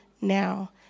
now